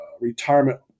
retirement